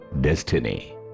destiny